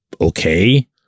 Okay